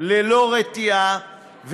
ללא רתיעה,